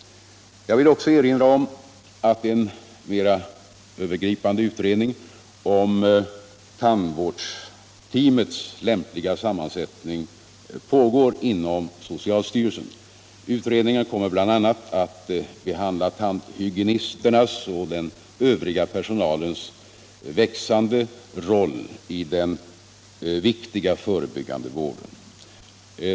Jag vill också erinra om att en mera övergripande utredning om tandvårdsteamets lämpliga sammansättning pågår inom socialstyrelsen. Utredningen kommer bl.a. att behandla tandhygienisternas och den övriga personalens växande roll i den viktiga förebyggande vården.